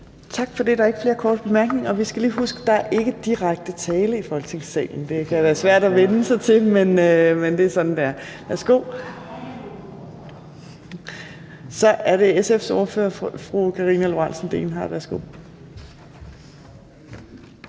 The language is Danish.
Tak for det. Der er ikke flere korte bemærkninger. Og vi skal lige huske, at der ikke er direkte tiltale i Folketingssalen – det kan være svært at vænne sig til, men det er altså sådan, det er. Så er det SF's ordfører, fru Karina Lorentzen